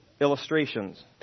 illustrations